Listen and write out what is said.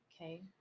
Okay